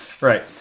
Right